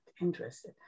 interested